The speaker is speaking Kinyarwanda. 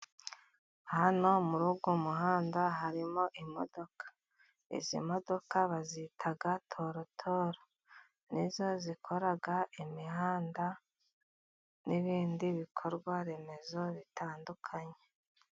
Hano muri uyu muhanda harimo imodoka. Izi modoka bazita torotoro, nizo modoka zikora imihanda n'ibindi bikorwaremezo bitandukanye.